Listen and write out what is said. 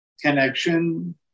connection